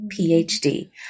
PhD